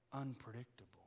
unpredictable